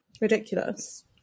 ridiculous